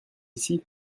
ici